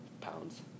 pounds